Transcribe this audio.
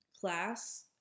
class